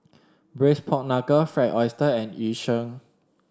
Braised Pork Knuckle Fried Oyster and Yu Sheng